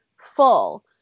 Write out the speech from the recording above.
full